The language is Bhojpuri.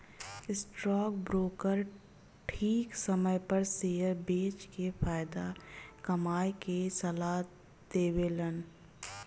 स्टॉक ब्रोकर ठीक समय पर शेयर बेच के फायदा कमाये के सलाह देवेलन